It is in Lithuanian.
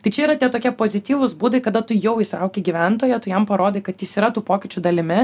tai čia yra tie tokie pozityvūs būdai kada tu jau įtrauki gyventoją tu jam parodai kad jis yra tų pokyčių dalimi